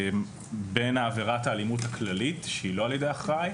בין עבירת האלימות הכללית שהיא לא על ידי אחראי